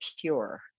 pure